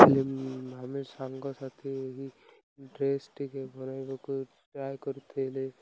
ଆମେ ସାଙ୍ଗସାଥି ଏହି ଡ୍ରେସ୍ ଟିକେ ବନେଇବାକୁ ଟ୍ରାଏ କରୁଥିଲେ